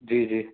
جی جی